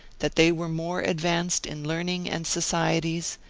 that they were more ad vanced in learning and societies,